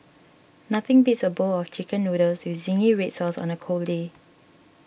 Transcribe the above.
nothing beats a bowl of Chicken Noodles with Zingy Red Sauce on a cold day